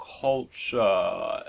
culture